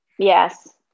Yes